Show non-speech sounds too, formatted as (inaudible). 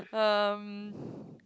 um (breath)